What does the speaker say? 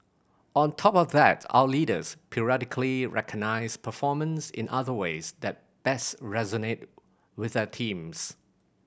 on top of that our leaders periodically recognise performance in other ways that best resonate with their teams